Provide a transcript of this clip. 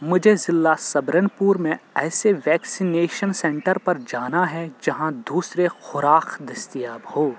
مجھے ضلع سبرن پور میں ایسے ویکسینیشن سینٹر پر جانا ہے جہاں دوسرے خوراک دستیاب ہو